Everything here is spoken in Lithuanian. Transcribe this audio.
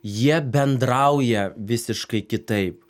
jie bendrauja visiškai kitaip